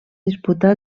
disputar